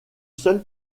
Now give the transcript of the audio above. seul